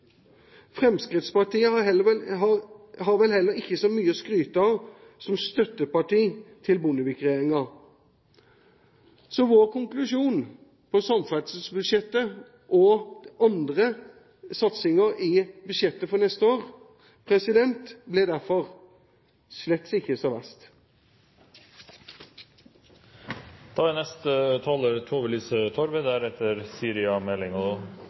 Fremskrittspartiet har vel heller ikke så mye å skryte av som støtteparti til Bondevik-regjeringen. Så vår konklusjon når det gjelder samferdselsbudsjettet og andre satsinger i budsjettet for neste år, blir derfor: Slett ikke så verst!